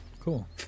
Cool